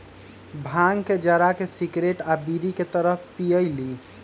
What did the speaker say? भांग के जरा के सिगरेट आ बीड़ी के तरह पिअईली